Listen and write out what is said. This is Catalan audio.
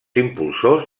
impulsors